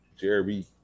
Jerry